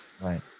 right